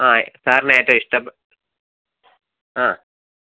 അ സാറിന് ഏറ്റവും ഇഷ്ടപ്പെ ആ